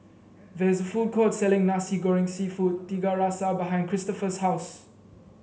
there is a food court selling Nasi Goreng seafood Tiga Rasa behind Christopher's house